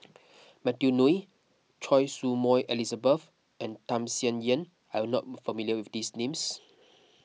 Matthew Ngui Choy Su Moi Elizabeth and Tham Sien Yen are you not familiar with these names